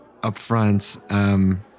upfront